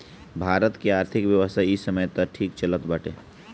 भारत कअ आर्थिक व्यवस्था इ समय तअ ठीक चलत बाटे